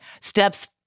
steps